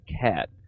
cat